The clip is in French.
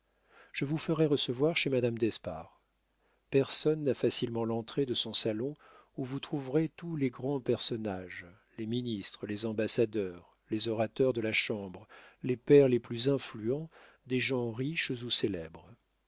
je vous ferai recevoir chez madame d'espard personne n'a facilement l'entrée de son salon où vous trouverez tous les grands personnages les ministres les ambassadeurs les orateurs de la chambre les pairs les plus influents des gens riches ou célèbres